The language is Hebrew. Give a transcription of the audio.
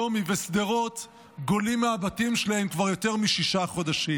שלומי ושדרות גולים מהבתים שלהם כבר יותר משישה חודשים.